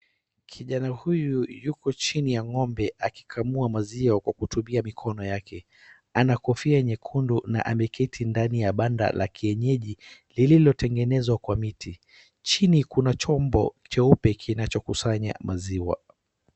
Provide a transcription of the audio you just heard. Kijana huyu yuko chini ya ng'ombe akikamua maziwa kwa kutumia mikono yake. Ana kofia nyekundu na ameketi ndani ya banda la kienyeji lilotengenezwa kwa miti. Chini kuna chombo cheupe kinacho kusanya maziwa.